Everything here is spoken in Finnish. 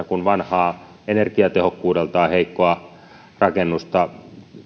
kun vanhaa energiatehokkuudeltaan heikkoa rakennusta